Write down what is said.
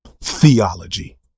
theology